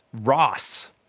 Ross